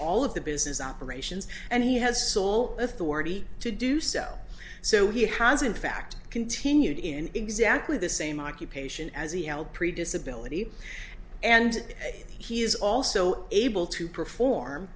all of the business operations and he has sole authority to do so so he has in fact continued in exactly the same occupation as he held pretty disability and he is also able to perform